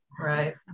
Right